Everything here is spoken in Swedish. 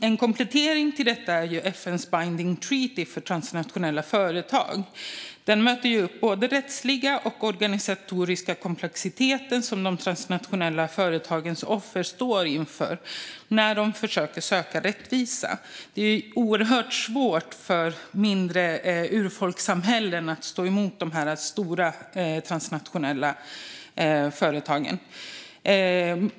En komplettering till detta är ju FN:s Binding Treaty för transnationella företag. Den möter upp både den rättsliga och den organisatoriska komplexitet som de transnationella företagens offer står inför när de försöker söka rättvisa. Det är oerhört svårt för mindre urfolkssamhällen att stå emot de stora transnationella företagen.